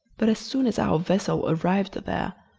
but, as soon as our vessel arrived there,